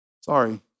Sorry